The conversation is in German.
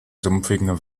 sumpfigen